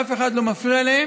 אף אחד לא מפריע להם,